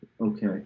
okay